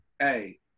Hey